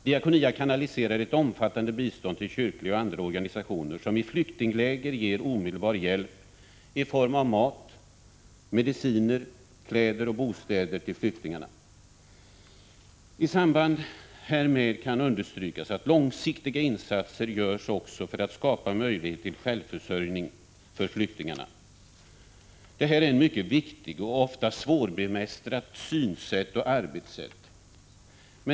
Diakonia kanaliserar ett omfattande bistånd till kyrkliga och andra organisationer som i flyktingläger ger omedelbar hjälp i form av mat, mediciner, kläder och bostäder till flyktingarna. I samband härmed kan understrykas att långsiktiga insatser görs också för att skapa möjlighet till självförsörjning för flyktingarna. Detta är ett mycket viktigt och ofta svårbemästrat synsätt och arbetssätt.